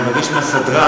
אני אבקש מהסדרן,